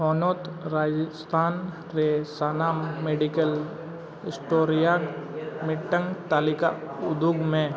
ᱦᱚᱱᱚᱛ ᱨᱟᱡᱚᱥᱛᱷᱟᱱ ᱨᱮ ᱥᱟᱱᱟᱢ ᱢᱮᱰᱤᱠᱮᱞ ᱥᱴᱳᱨ ᱨᱮᱭᱟᱜ ᱢᱤᱫᱴᱟᱝ ᱛᱟᱞᱤᱠᱟ ᱩᱫᱩᱜᱽ ᱢᱮ